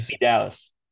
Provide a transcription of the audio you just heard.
Dallas